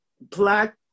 Black